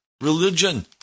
religion